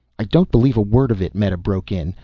i don't believe a word of it, meta broke in.